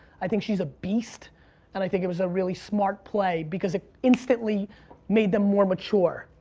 i think she's a beast and i think it was a really smart play because it instantly made them more mature,